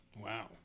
Wow